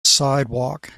sidewalk